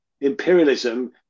imperialism